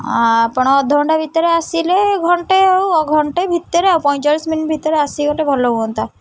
ଆପଣ ଅଧଘଣ୍ଟା ଭିତରେ ଆସିଲେ ଘଣ୍ଟେ ଆଉ ଅ ଘଣ୍ଟେ ଭିତରେ ଆଉ ପଇଁଚାଳିଶ ମିନିଟ୍ ଭିତରେ ଆସିଲେ ଗୋଟିଏ ଭଲ ହୁଅନ୍ତା